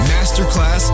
Masterclass